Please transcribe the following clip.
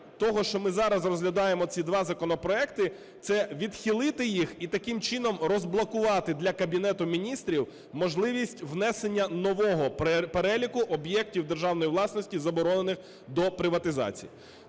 того, що ми зараз розглядаємо ці два законопроекти, це відхилити їх і таким чином розблокувати для Кабінету Міністрів можливість внесення нового переліку об'єктів державної власності, заборонених до приватизації.